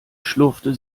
schlurfte